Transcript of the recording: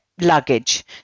Luggage